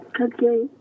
Okay